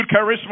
charisma